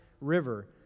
River